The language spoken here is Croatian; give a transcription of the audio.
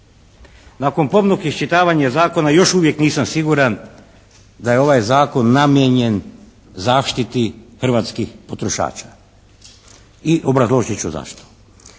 Nakon pomnog iščitavanja Zakona još uvijek nisam siguran da je ovaj Zakon namijenjen zaštiti hrvatskih potrošača i obrazložit ću zašto.